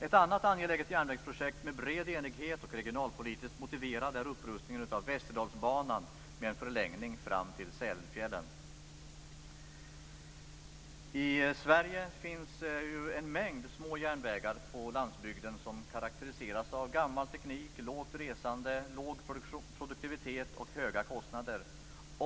Ett annat angeläget järnvägsprojekt med bred enighet och regionalpolitiskt motiverat är upprustningen av Västerdalsbanan med en förlängning fram till Sälenfjällen. I Sverige finns en mängd små järnvägar på landsbygden som karakteriseras av gammal teknik, lågt resande, låg produktivitet och höga kostnader.